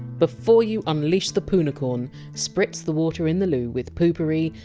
before you unleash the poonicorn, spritz the water in the loo with poo-pourri,